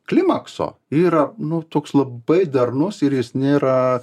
klimakso yra nu toks labai darnus ir jis nėra